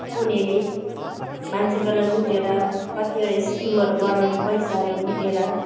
उनीहरूले मान्छे कसैलाई लुटेर कतिवटा स्किमहरू बनाउने पैसाहरू लुटेर